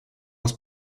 aus